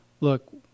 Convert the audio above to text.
Look